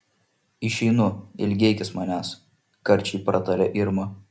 išeinu ilgėkis manęs karčiai pratarė irma